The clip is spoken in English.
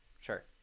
Sure